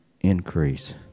increase